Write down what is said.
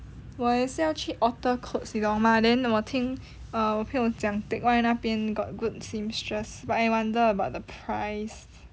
我也是要去 alter clothes 你懂吗 then 我听 err 我朋友讲 teckwhye 那边 got good seamstress but I wonder about the price